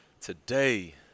today